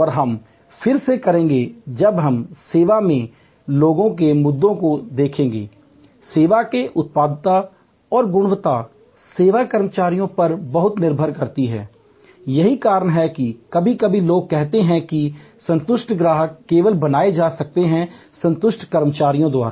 और हम फिर से करेंगे जब हम सेवा में लोगों के मुद्दों को देखेंगे सेवा की उत्पादकता और गुणवत्ता सेवा कर्मियों पर बहुत कुछ निर्भर करती है यही कारण है कि कभी कभी लोग कहते हैं कि संतुष्ट ग्राहक केवल बनाए जा सकते हैं संतुष्ट कर्मचारियों द्वारा